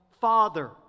Father